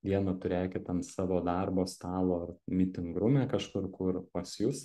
vieną turėkit ant savo darbo stalo ar miting rume kažkur kur pas jus